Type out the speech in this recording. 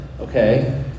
Okay